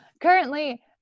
currently